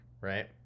right